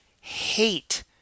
hate